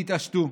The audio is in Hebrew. תתעשתו.